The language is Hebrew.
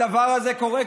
אבל חברת הכנסת גולן,